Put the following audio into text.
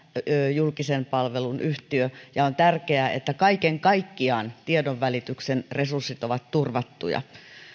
julkisen palvelun yhtiö ja on tärkeää että kaiken kaikkiaan tiedonvälityksen resurssit ovat turvattuja